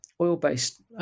oil-based